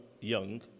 young